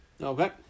Okay